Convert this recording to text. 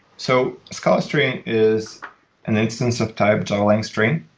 so scala string is an instance of type java lang string,